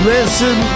Listen